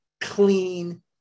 clean